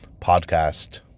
podcast